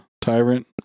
tyrant